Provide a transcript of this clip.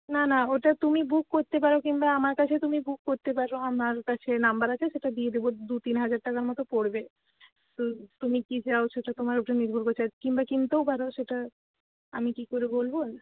না না ওটা তুমি বুক করতে পারো কিন্তু আমার কাছে তুমি বুক করতে পারো আমার কাছে নম্বর আছে সেটা দিয়ে দেব দু তিন হাজার টাকার মতো পড়বে তো তুমি কি চাও সেটা তোমার ওপর নির্ভর করছে কিংবা কিনতেও পারো সেটা আমি কি করে বলবো